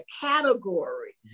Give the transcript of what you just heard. category